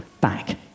back